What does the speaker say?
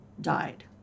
died